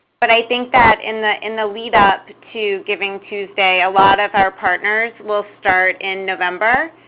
but i think that in the in the lead up to givingtuesday a lot of our partners will start in november,